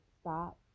stop